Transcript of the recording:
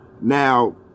Now